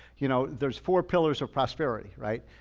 you know there's four pillars of prosperity, right?